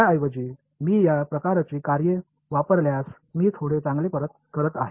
त्याऐवजी मी या प्रकारची कार्ये वापरल्यास मी थोडे चांगले करत आहे